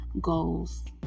goals